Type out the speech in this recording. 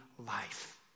life